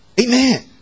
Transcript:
Amen